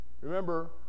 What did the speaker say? Remember